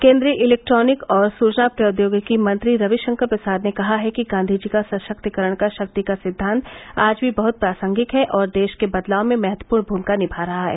केन्द्रीय इलैक्ट्रॉनिक और सूचना प्रौद्योगिकी मंत्री रविशंकर प्रसाद ने कहा है कि गांधीजी का सशक्तिकरण की शक्ति का सिद्वांत आज भी बहुत प्रासंगिक है और देश के बदलाव में महत्वपूर्ण भूमिका निभा रहा है